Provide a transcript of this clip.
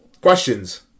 Questions